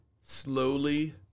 slowly